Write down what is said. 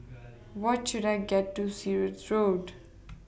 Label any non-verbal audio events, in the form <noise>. What should I get to Sirat Road <noise>